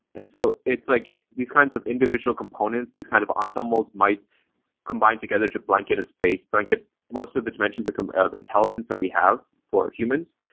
and so it's like these kinds of individual components, these kind of ensembles might combine together to blanket a space, blanket most of the dimensions um of intelligence that so we have for humans,